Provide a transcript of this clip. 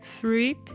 fruit